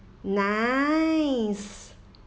nice